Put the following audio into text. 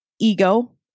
ego